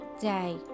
day